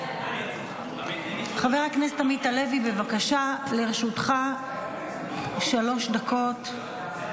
חבר הכנסת עמית הלוי, בבקשה, לרשותך שלוש דקות.